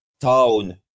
town